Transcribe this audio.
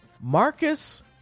Marcus